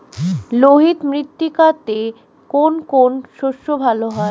লোহিত মৃত্তিকাতে কোন কোন শস্য ভালো হয়?